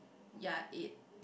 ya it